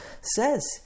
says